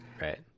Right